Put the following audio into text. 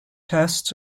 tests